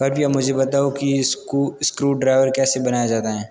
कृपया मुझे बताओ कि इस्क्रूड्राइवर कैसे बनाया जाता है